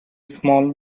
small